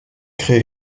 créé